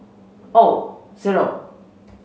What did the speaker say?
O zero